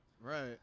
Right